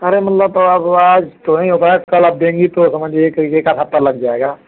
अरे मतलब अब आज तो नहीं हो पाएगा कल आप देंगी तो यह समझ लीजिए एक आध हफ्ता लग जाएगा